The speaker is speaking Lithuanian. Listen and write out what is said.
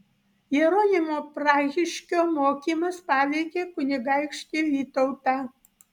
jeronimo prahiškio mokymas paveikė kunigaikštį vytautą